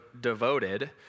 devoted